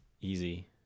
easy